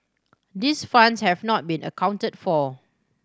these funds have not been accounted for